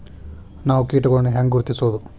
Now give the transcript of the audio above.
ನಾವ್ ಕೇಟಗೊಳ್ನ ಹ್ಯಾಂಗ್ ಗುರುತಿಸೋದು?